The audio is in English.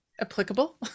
applicable